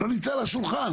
לא נמצא על השולחן,